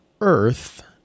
earth